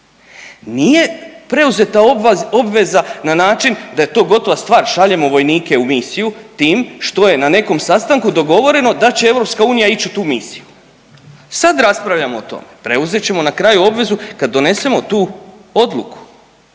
Nije preuzeta obveza na način da je to gotova stvar, šaljemo vojnike u misiju tim što je na nekom sastanku dogovoreno da će EU ići u tu misiju. Sad raspravljamo o tome. Preuzet ćemo na kraju obvezu kad donesemo tu odluku,